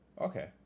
Okay